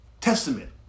Testament